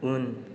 उन